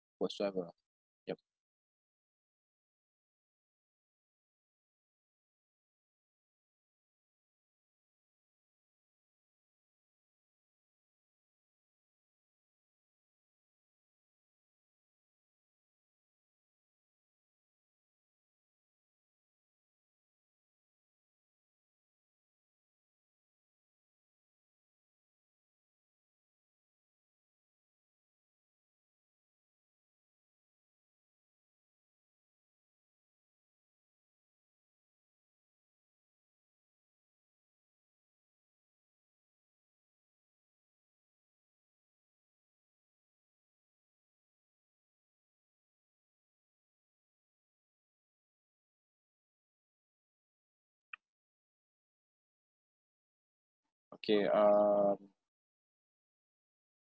whatsoever ah yup okay um